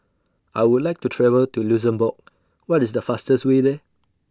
I Would like to travel to Luxembourg What IS The fastest Way There